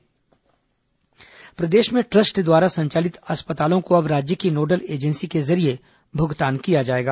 सिंहदेव बैठक प्रदेश में ट्रस्ट द्वारा संचालित अस्पतालों को अब राज्य की नोडल एजेंसी के जरिये भुगतान किया जाएगा